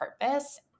purpose